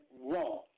wrong